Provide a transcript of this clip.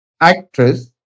actress